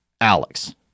Alex